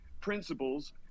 principles